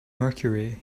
mercury